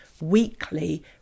weekly